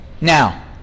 now